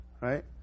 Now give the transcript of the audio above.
right